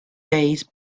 days